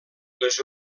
les